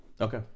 Okay